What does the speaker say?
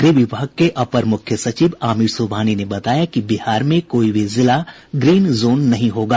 गृह विभाग के अपर मुख्य सचिव आमिर सुबहानी ने बताया कि बिहार में कोई भी जिला ग्रीन जोन नहीं होगा